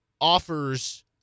offers